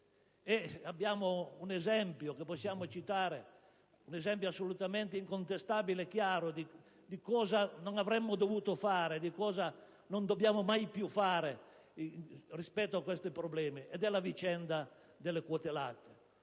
Abbiamo un esempio che possiamo citare, assolutamente incontestabile e chiaro, di cosa non avremmo dovuto fare e di cosa non dobbiamo mai più fare rispetto a questi problemi. Mi riferisco alla vicenda delle quote latte.